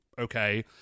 okay